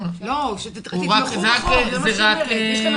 שתתמכו בחוק, זה מה שהיא אומרת.